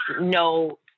no